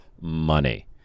money